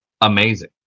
amazing